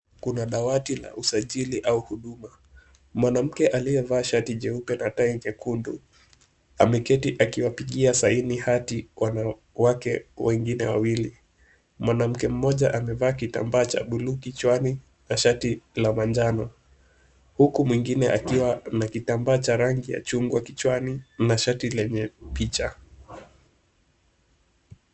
Kuna dawati la usajili au huduma, mwanamke aliyevaa shati jeupe na tai jekundu ameketi akiwapigia saini hati wanawake wengine wawili, mwanamke mmoja amevaa kitambaa cha bluu kichwani na shati la manjano, huku mwingine akiwa na kitambaa cha rangi ya chungwa kichwani na shati lenye picha.